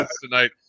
tonight